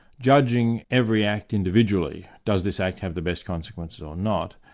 judging every act individually does this act have the best consequences or not.